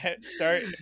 start